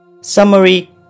Summary